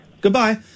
Goodbye